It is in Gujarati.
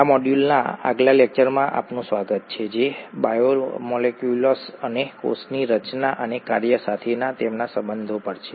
આ મોડ્યુલના આગલા લેક્ચરમાં આપનું સ્વાગત છે જે બાયોમોલેક્યુલ્સ અને કોષની રચના અને કાર્ય સાથેના તેમના સંબંધો પર છે